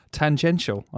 tangential